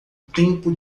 tempo